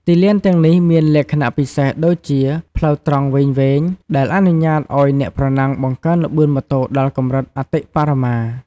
ទីលានទាំងនេះមានលក្ខណៈពិសេសដូចជា ផ្លូវត្រង់វែងៗ ដែលអនុញ្ញាតឱ្យអ្នកប្រណាំងបង្កើនល្បឿនម៉ូតូដល់កម្រិតអតិបរមា។